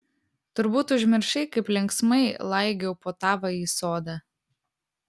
turbūt užmiršai kaip linksmai laigiau po tavąjį sodą